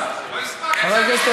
הצעת החוק עברה בקריאה הראשונה